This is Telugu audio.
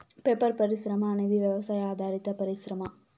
పేపర్ పరిశ్రమ అనేది వ్యవసాయ ఆధారిత పరిశ్రమ